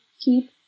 keep